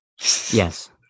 Yes